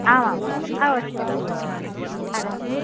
आमाम् अवश्यम् आगच्छन्तु